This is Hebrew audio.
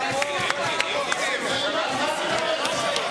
אני מבקשת מהקואליציה, על מה את מדברת?